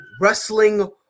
Wrestling